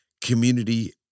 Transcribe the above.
community